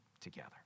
together